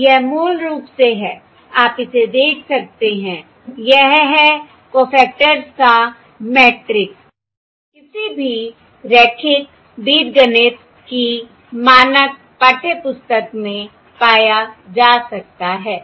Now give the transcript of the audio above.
तो यह मूल रूप से है आप इसे देख सकते हैं यह है कॊफैक्टर्स का मैट्रिक्स किसी भी रैखिक बीजगणित की मानक पाठ्यपुस्तक में पाया जा सकता है